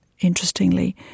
interestingly